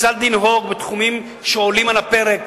כיצד לנהוג בתחומים שעולים על הפרק.